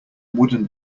wooden